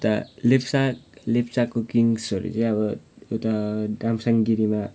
यता लेप्चा लेप्चाको किङ्सहरू चाहिँ अब उता दामसाङगढीमा